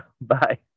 Bye